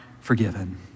forgiven